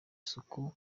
isuku